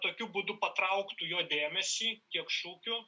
tokiu būdu patrauktų jo dėmesį tiek šūkiu